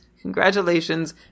congratulations